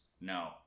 no